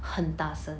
很大声